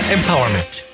Empowerment